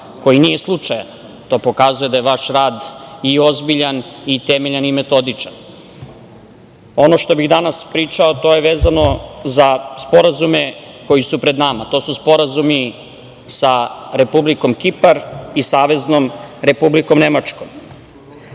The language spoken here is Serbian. koji nije slučajan. To pokazuje da je vaš rad i ozbiljan i temeljan i metodičan. Ono što bih danas pričao je vezano za sporazume koji su pred nama. To su sporazumi sa Republikom Kipar i Saveznom Republikom Nemačkom. Kipar